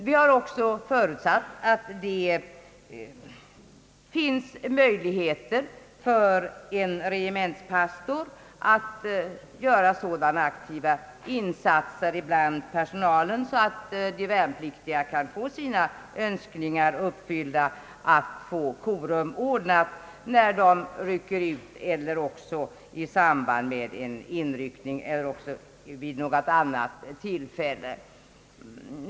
Vi har också förutsatt att det finns möjligheter för en regementspastor att göra sådana aktiva insatser att de värnpliktiga kan få sina önskningar uppfyllda om att få korum ordnat när de rycker ut, i samband med inryckning eller vid något annat tillfälle.